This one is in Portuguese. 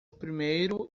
primeiro